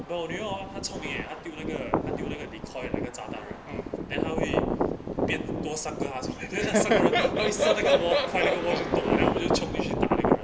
but 我女儿 orh 她聪明 eh 她丢那个她丢那个 decoy 那个炸弹 right then 她会变多三个她 !choy! then the 三个人护送那个 wall 那个 wall 就洞 liao then 我就 chiong 一时打那个人